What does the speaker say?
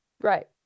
right